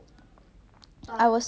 mm